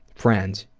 friends,